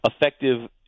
Effective